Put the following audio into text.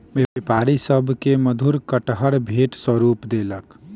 व्यापारी सभ के मधुर कटहर भेंट स्वरूप देलक